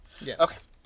Yes